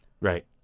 Right